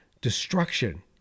Destruction